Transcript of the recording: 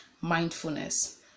mindfulness